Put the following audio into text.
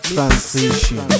Transition